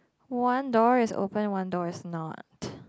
one door is open one door is not